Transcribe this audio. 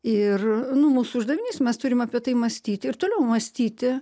ir mūsų uždavinys mes turim apie tai mąstyt ir toliau mąstyti